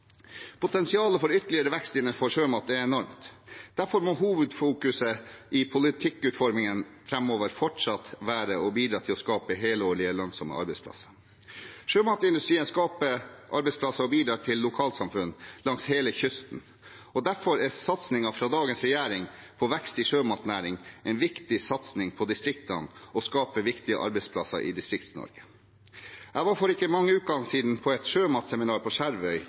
Potensialet for ytterligere vekst innenfor sjømat er enormt. Derfor må hovedfokuset i politikkutformingen framover fortsatt være å bidra til å skape helårlige, lønnsomme arbeidsplasser. Sjømatindustrien skaper arbeidsplasser og bidrar til lokalsamfunn langs hele kysten. Derfor er satsingen fra dagens regjering på vekst i sjømatnæringen en viktig satsing på distriktene og skaper viktige arbeidsplasser i Distrikts-Norge. For ikke mange uker siden var jeg på et sjømatseminar på Skjervøy